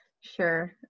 Sure